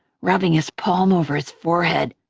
rubbing his palm over his forehead.